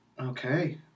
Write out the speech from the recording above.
Okay